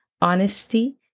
honesty